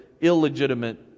illegitimate